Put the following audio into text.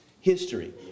history